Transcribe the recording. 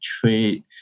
trade